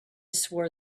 swore